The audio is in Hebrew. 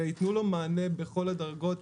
ויתנו לו מענה בכל הדרגות.